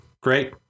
great